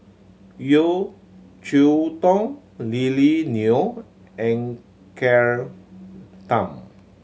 Yeo Cheow Tong Lily Neo and Claire Tham